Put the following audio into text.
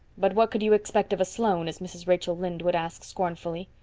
but what could you expect of a sloane, as mrs. rachel lynde would ask scornfully?